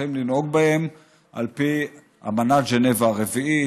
צריכים לנהוג בהם על פי אמנת ז'נבה הרביעית,